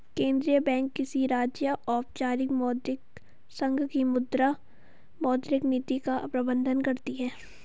केंद्रीय बैंक किसी राज्य, औपचारिक मौद्रिक संघ की मुद्रा, मौद्रिक नीति का प्रबन्धन करती है